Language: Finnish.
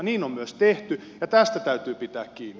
niin on myös tehty ja tästä täytyy pitää kiinni